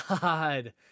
god